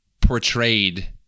portrayed